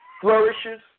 flourishes